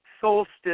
solstice